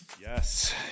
Yes